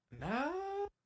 No